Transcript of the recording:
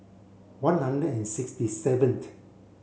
one hundred and sixty seventh